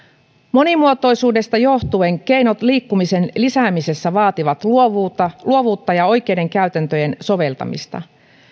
monimuotoisuudesta johtuen keinot liikkumisen lisäämisessä vaativat luovuutta luovuutta ja oikeiden käytäntöjen soveltamista